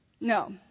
No